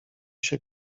się